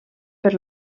per